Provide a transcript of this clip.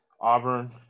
Auburn